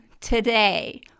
today